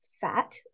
fat